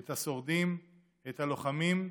את השורדים, את הלוחמים,